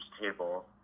table